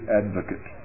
advocate